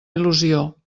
il·lusió